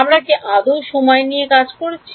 আমরা কি আদৌ সময় নিয়ে কাজ করেছি